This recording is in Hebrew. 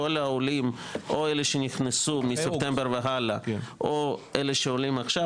כל העולים או אלה שנכנסו מספטמבר והלאה או אלה שעולים עכשיו,